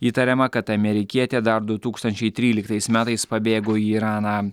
įtariama kad amerikietė dar du tūkstančiai tryliktais metais pabėgo į iraną